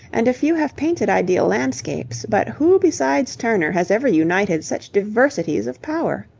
and a few have painted ideal landscapes, but who besides turner has ever united such diversities of power?